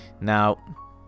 Now